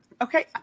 Okay